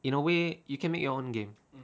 in a way you can make your own game